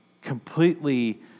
completely